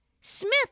Smith